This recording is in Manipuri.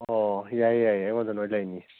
ꯑꯣ ꯌꯥꯏꯌꯦ ꯌꯥꯏꯌꯦ ꯑꯩꯉꯣꯟꯗ ꯂꯣꯏꯅ ꯂꯩꯅꯤ